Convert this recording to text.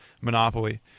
monopoly